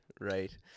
right